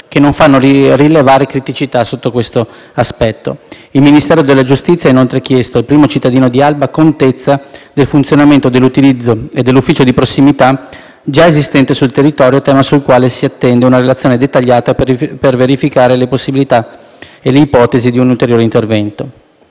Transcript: che non fanno rilevare criticità sotto questo aspetto. Il Ministero della giustizia ha inoltre chiesto al primo cittadino di Alba contezza del funzionamento dell'ufficio di prossimità già esistente sul territorio, tema sul quale si attende una relazione dettagliata per verificare le possibili e le ipotesi di un ulteriore intervento.